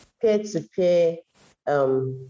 peer-to-peer